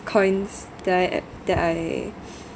coins that at that I